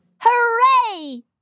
Hooray